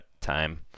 time